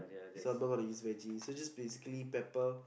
so I'm not gonna use vege so just basically pepper